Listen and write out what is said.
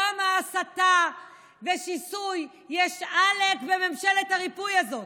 כמה הסתה ושיסוי יש בעלק ממשלת הריפוי הזאת.